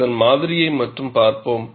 அதன் மாதிரியை மட்டும் பார்ப்போம்